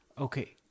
Okay